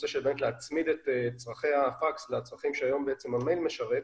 להצמיד את צורכי הפקס לצרכים שהיום המייל משרת,